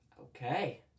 Okay